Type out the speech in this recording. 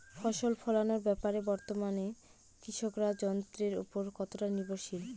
ফসল ফলানোর ব্যাপারে বর্তমানে কৃষকরা যন্ত্রের উপর কতটা নির্ভরশীল?